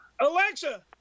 Alexa